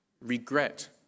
regret